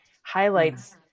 highlights